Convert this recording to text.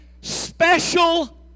special